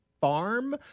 farm